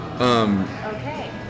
Okay